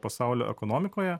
pasaulio ekonomikoje